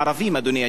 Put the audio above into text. אדוני היושב-ראש.